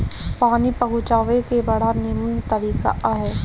पानी पहुँचावे के बड़ा निमन तरीका हअ